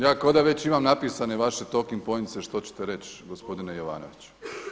Ja kao da već imam napisane vaše toking pointse što ćete reći gospodine Jovanoviću.